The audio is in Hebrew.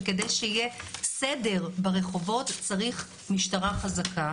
שכדי שיהיה סדר ברחובות צריך משטרה חזקה.